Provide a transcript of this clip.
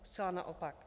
Zcela naopak.